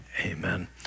amen